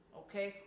okay